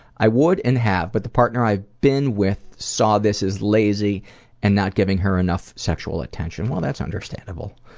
i would and have, but the partner i've been with saw this as lazy and not giving her enough sexual attention. well that's understandable.